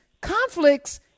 conflicts